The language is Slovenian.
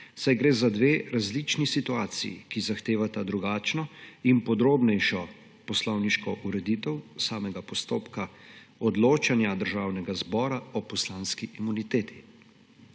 saj gre za dve različni situaciji, ki zahtevata drugačno in podrobnejšo poslovniško ureditev samega postopka odločanja Državnega zbora o poslanski imuniteti.